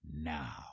Now